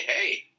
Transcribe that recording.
hey